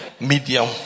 medium